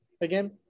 again